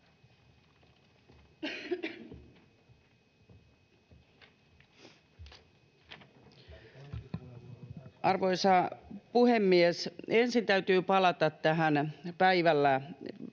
Arvoisa puhemies! Ensin täytyy palata tähän päivällä